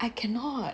I cannot